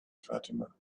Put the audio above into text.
fatima